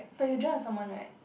but you jump with someone right